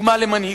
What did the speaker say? דוגמה למנהיגות.